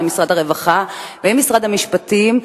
משרד הרווחה ומשרד המשפטים.